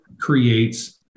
creates